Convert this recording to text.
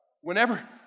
Whenever